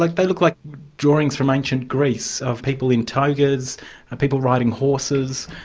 like they look like drawings from ancient greece of people in togas and people riding horses.